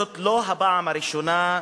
זאת לא הפעם הראשונה,